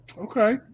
okay